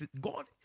God